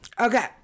Okay